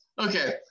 okay